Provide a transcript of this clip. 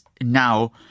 now